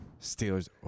Steelers